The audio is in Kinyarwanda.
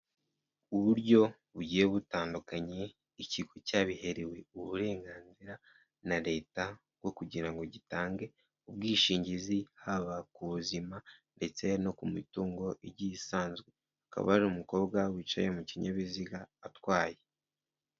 Uburyo bugiye butandukanye ikigo cyabiherewe uburenganzira na Leta bwo kugira ngo gitange ubwishingizi haba ku buzima ndetse no ku mitungo igisanzwe. Hakaba hari umukobwa wicaye mu kinyabiziga atwaye.